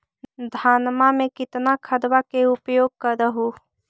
धानमा मे कितना खदबा के उपयोग कर हू?